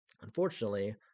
unfortunately